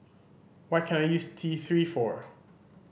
what can I use T Three for